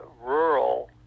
rural